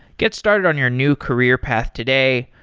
get started on your new career path today.